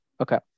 Okay